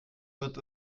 wird